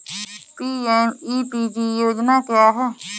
PMEPG योजना क्या है?